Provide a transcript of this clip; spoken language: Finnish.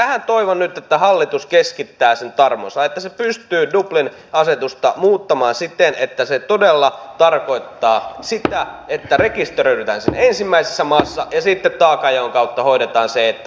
tähän toivon nyt että hallitus keskittää sen tarmonsa että se pystyy dublin asetusta muuttamaan siten että se todella tarkoittaa sitä että rekisteröidytään siinä ensimmäisessä maassa ja sitten taakanjaon kautta hoidetaan se että taakka ei ole liian suuri kenellekään